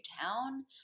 town